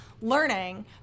learning